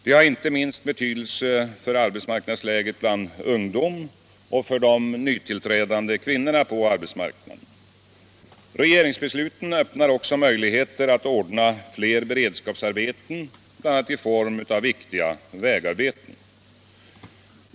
Det har inte minst betydelse för arbetsmarknadsläget bland ungdom och för de nytillträdande kvinnorna på arbetsmarknaden. Regeringsbesluten öppnar också möjligheter att ordna fler beredskapsarbeten, t.ex. i form av viktiga vägarbeten.